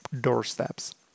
doorsteps